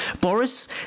Boris